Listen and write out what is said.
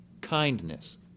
kindness